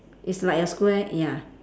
it's like a square ya